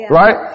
right